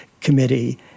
Committee